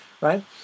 right